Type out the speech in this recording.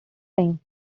time